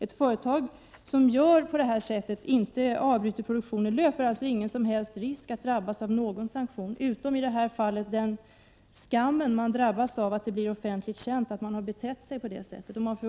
Ett företag som gör på det här sättet, alltså inte avbryter produktionen, löper inte någon som helst risk att drabbas av en sanktion — utom i det här fallet den skam man drabbas av, när det blir offentligt känt att man betett sig på det här sättet. Man får Prot.